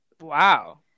Wow